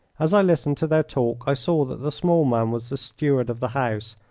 as i listened to their talk i saw that the small man was the steward of the house,